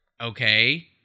okay